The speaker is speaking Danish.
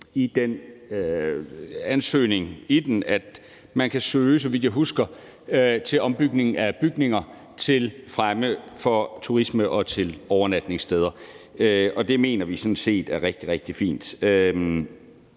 jeg husker – at man kan søge midler til ombygning af bygninger til fremme af turisme og til overnatningssteder, og det mener vi sådan set er rigtig, rigtig fint.